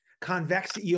convex